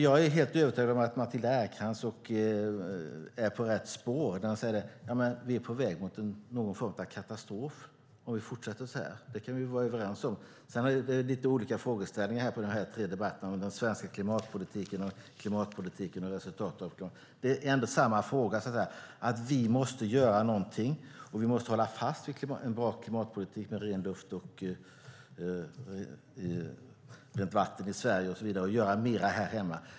Jag är helt övertygad om att Matilda Ernkrans är på rätt spår när hon säger att vi är på väg mot någon form av katastrof om vi fortsätter så här. Det kan vi vara överens om. Sedan har vi lite olika frågeställningar i de tre debatterna om den svenska klimatpolitiken och dess resultat, men det är ändå samma fråga: Vi måste göra någonting. Vi måste hålla fast vid en bra klimatpolitik med ren luft och rent vatten i Sverige och göra mer här hemma.